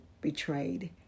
betrayed